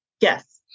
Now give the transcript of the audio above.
Yes